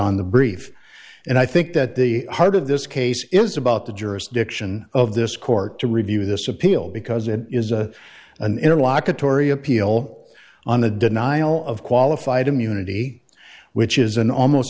on the brief and i think that the heart of this case is about the jurisdiction of this court to review this appeal because it is a an interlock atory appeal on the denial of qualified immunity which is an almost